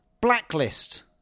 Blacklist